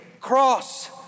cross